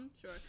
sure